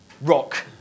rock